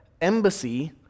embassy